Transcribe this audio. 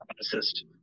assist